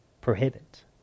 prohibit